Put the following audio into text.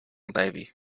navy